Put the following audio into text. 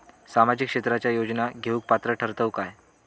सामाजिक क्षेत्राच्या योजना घेवुक पात्र ठरतव काय?